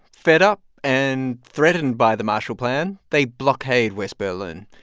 fed up and threatened by the marshall plan, they blockade west berlin.